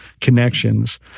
connections